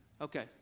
Okay